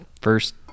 first